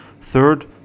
Third